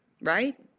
right